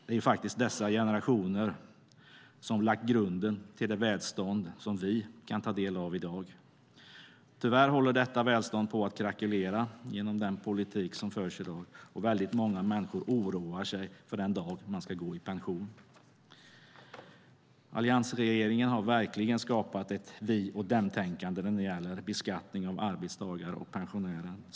Det är ju faktiskt dessa generationer som lagt grunden till det välstånd som vi kan ta del av i dag. Tyvärr håller detta välstånd på att krackelera genom den politik som förs i dag, och väldigt många människor oroar sig för den dag man ska gå i pension. Alliansregeringen har verkligen skapat ett vi-och-de-tänkande när det gäller beskattningen av arbetstagare och pensionärer.